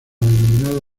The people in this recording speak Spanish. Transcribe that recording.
denominada